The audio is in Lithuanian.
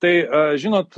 tai žinot